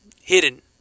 Hidden